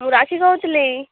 ମୁଁ ରାଶି କହୁଥିଲି